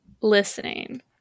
listening